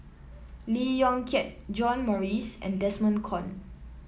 Lee Yong Kiat John Morrice and Desmond Kon